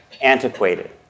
antiquated